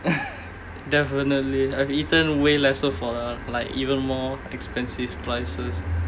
definitely I've eaten way lesser for the like even more expensive places